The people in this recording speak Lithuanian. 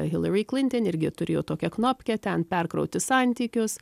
hilari klinton irgi turi jau tokia knopkę ten perkrauti santykius